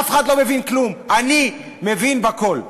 אף אחד לא מבין כלום, אני מבין בכול.